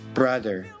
brother